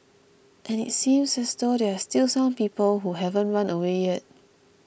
and it seems as though there are still some people who haven't run away yet